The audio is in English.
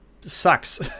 sucks